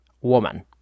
Woman